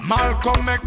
Malcolm